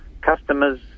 customers